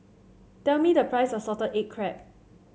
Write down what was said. tell me the price of Salted Egg Crab